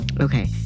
Okay